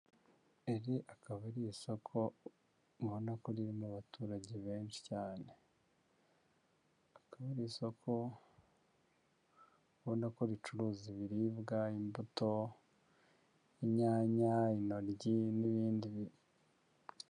Iri akaba ari isoko ubona ko ririmo abaturage benshi cyane. Akaba ari isoko ubona ko ricuruza ibiribwa, imbuto, inyanya, intoryi n'ibindi bi...